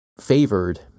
favored